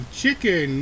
chicken